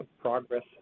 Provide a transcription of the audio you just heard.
progress